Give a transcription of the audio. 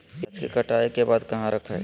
प्याज के कटाई के बाद कहा रखें?